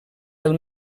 del